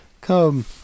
Come